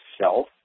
self